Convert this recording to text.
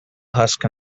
husk